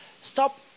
stop